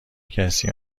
کسی